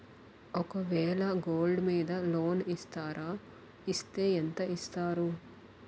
ఒక వేల గోల్డ్ మీద లోన్ ఇస్తారా? ఇస్తే ఎంత ఇస్తారు?